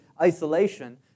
isolation